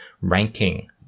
ranking